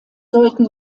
sollten